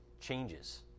changes